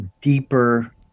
deeper